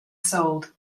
sold